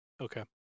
Okay